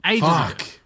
Fuck